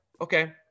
okay